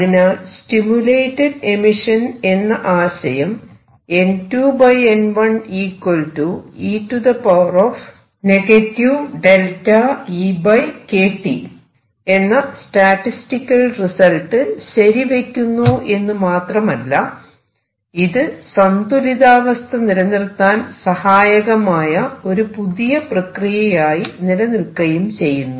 അതിനാൽ stimulated emission എന്ന ആശയം എന്ന സ്റ്റാറ്റിസ്റ്റിക്കൽ റിസൾട്ട് ശരിവെക്കുന്നു എന്ന് മാത്രമല്ല ഇത് സന്തുലിതാവസ്ഥ നിലനിർത്താൻ സഹായകമായ ഒരു പുതിയ പ്രക്രിയയായി നിലനിൽക്കയും ചെയ്യുന്നു